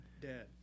dead